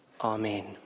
Amen